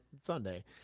sunday